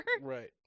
Right